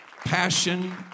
passion